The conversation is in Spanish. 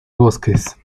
bosques